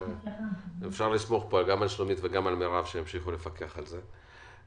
אפשר לסמוך פה על שלומית ומרב שימשיכו לפקח על זה,